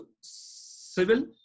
Civil